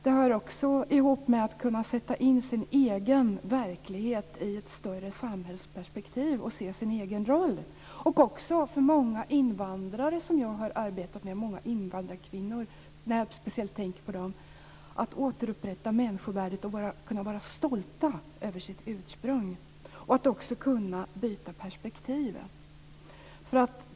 Det hör också ihop med att kunna sätta sin egen verklighet i ett större samhällsperspektiv och se sin egen roll. Det gäller också för många invandrare, speciellt invandrarkvinnor, som jag har arbetat med; att återupprätta människovärdet så att de kan vara stolta över sitt ursprung. Det gäller också att kunna byta perspektiv.